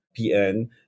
PN